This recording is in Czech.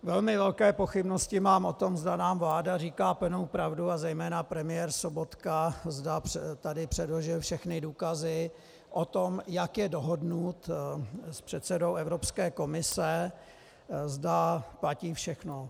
Velmi velké pochybnosti mám o tom, zda nám vláda říká plnou pravdu, a zejména premiér Sobotka, zda tady předložil všechny důkazy o tom, jak je dohodnut s předsedou Evropské komise, zda platí všechno.